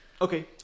okay